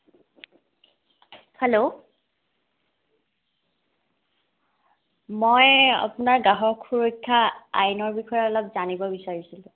hello মই আপোনাৰ গ্ৰাহক সুৰক্ষা আইনৰ বিষয়ে অলপ জানিব বিচাৰিছিলোঁ